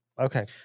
Okay